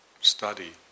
study